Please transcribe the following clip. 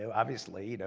so obviously, you know